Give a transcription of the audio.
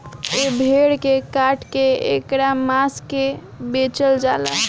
ए भेड़ के काट के ऐकर मांस के बेचल जाला